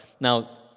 Now